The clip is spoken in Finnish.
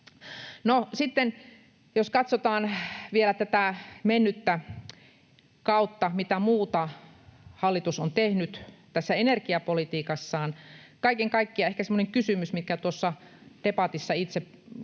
jos katsotaan vielä tätä mennyttä kautta, niin mitä muuta hallitus on tehnyt tässä energiapolitiikassaan. Kaiken kaikkiaan ehkä semmoinen kysymys, minkä tuossa debatissa itse esitin,